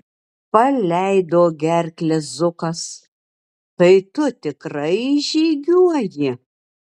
paleido gerklę zukas tai tu tikrai išžygiuoji